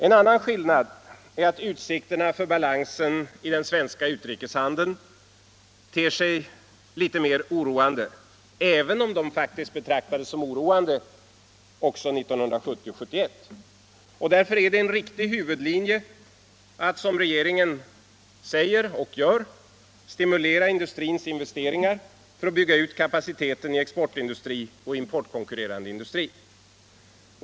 En annan skillnad är att utsikterna för balansen i den svenska utrikeshandeln nu ter sig mer oroande, även om de faktiskt betraktades som oroande också 1970-1971. Därför är det en riktig huvudlinje att som regeringen säger och gör stimulera industrins investeringar för att bygga ut kapaciteten i exportindustri och i importkonkurrerande industri.